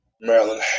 Maryland